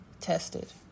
tested